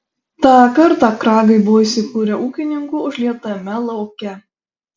tą kartą kragai buvo įsikūrę ūkininkų užlietame lauke